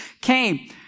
came